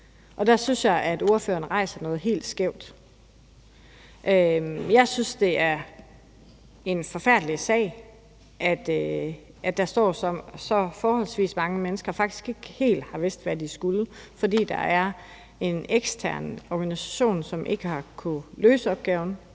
Der synes jeg, at det, ordføreren rejser, er helt skævt. Jeg synes, det er en forfærdelig sag, at der står så forholdsvis mange mennesker, der faktisk ikke helt har vidst, hvad de skulle, fordi der er en ekstern organisation, som ikke har kunnet løse opgaven.